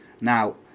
Now